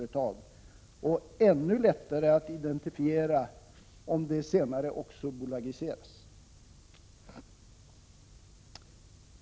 Det blir ännu lättare att identifiera om det senare också bolagiseras.